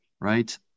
right